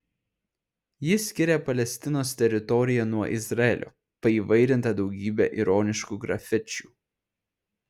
ji skiria palestinos teritoriją nuo izraelio paįvairinta daugybe ironiškų grafičių